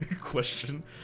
question